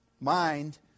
mind